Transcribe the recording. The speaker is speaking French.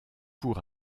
pour